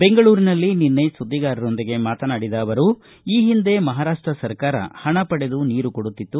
ಬೆಂಗಳೂರಿನಲ್ಲಿ ನಿನ್ನೆ ಸುದ್ವಿಗಾರರೊಂದಿಗೆ ಮಾತನಾಡಿದ ಅವರು ಈ ಹಿಂದೆ ಮಹಾರಾಪ್ಷ ಸರ್ಕಾರ ಹಣ ಪಡೆದು ನೀರು ಕೊಡುತ್ತಿತ್ತು